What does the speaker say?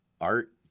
art